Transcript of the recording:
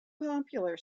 popular